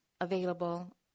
available